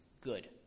good